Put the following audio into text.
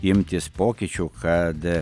imtis pokyčių kad